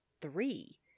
three